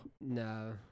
No